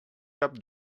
cap